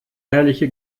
herrliche